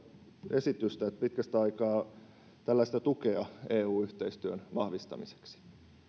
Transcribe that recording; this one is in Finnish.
esitystä jolle he pitkästä aikaa antavat tällaista tukea eun yhteistyön vahvistamiseksi